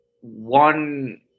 one